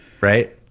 right